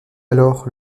alors